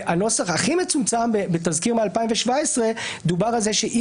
הנוסח הכי מצומצם הוא בתזכיר מ-2017 בו דובר על כך שבעקרון